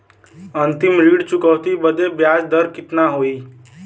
अंतिम ऋण चुकौती बदे ब्याज दर कितना होई?